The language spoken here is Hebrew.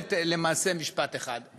שכוללת למעשה משפט אחד,